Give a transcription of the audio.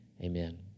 Amen